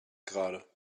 gerade